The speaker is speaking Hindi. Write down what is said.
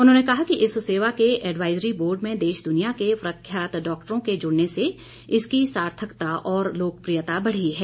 उन्होंने कहा कि इस सेवा के एडवाईजरी बोर्ड में देश दुनिया के प्रख्यात डाक्टरों के जुड़ने से इसकी सार्थकता और लोकप्रियता बढ़ी है